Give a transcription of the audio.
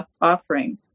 offering